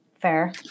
Fair